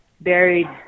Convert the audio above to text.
buried